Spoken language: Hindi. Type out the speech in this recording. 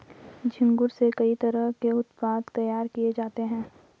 झींगुर से कई तरह के उत्पाद तैयार किये जाते है